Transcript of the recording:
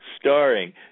starring